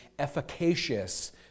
efficacious